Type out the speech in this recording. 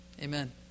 Amen